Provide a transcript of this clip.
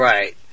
Right